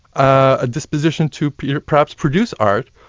a disposition to perhaps produce art,